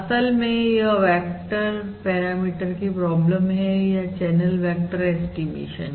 असल में यह वेक्टर पैरामीटर की प्रॉब्लम है या चैनल वेक्टर ऐस्टीमेशन